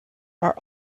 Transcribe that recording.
are